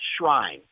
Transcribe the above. shrine